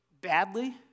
badly